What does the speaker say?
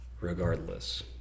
Regardless